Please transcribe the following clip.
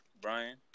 Brian